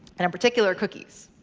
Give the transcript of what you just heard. and in particular cookies.